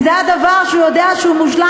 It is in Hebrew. אם זה היה דבר שהוא היה יודע שהוא מושלם,